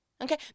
Okay